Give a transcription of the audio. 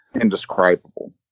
indescribable